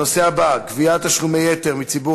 הנושא הבא: גביית תשלומי יתר מציבור